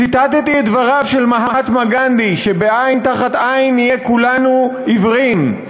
ציטטתי את דבריו של מהטמה גנדי: בעין תחת עין נהיה כולנו עיוורים.